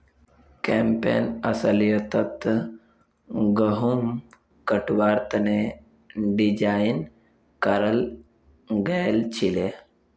campaign अस्लियतत गहुम कटवार तने डिज़ाइन कराल गएल छीले